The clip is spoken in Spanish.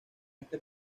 este